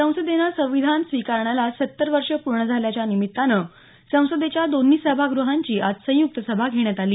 संसदेनं संविधान स्वीकारण्याला सत्तर वर्ष पूर्ण झाल्याच्या निमित्तानं संसदेच्या दोन्ही सभागृहांची आज संयुक्त सभा घेण्यात आली